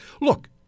Look